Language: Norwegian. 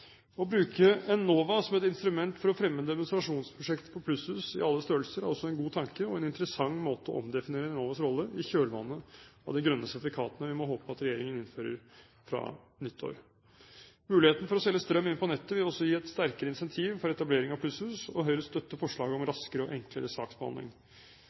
Å bruke Enova som et instrument for å fremme demonstrasjonsprosjekter for plusshus i alle størrelser er også en god tanke og en interessant måte å omdefinere Enovas rolle i kjølvannet av de grønne sertifikatene vi må håpe at regjeringen innfører fra nyttår. Muligheten for å selge strøm inn på nettet vil også gi et sterkere incentiv for etablering av plusshus, og Høyre støtter forslaget om raskere og enklere saksbehandling.